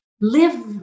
live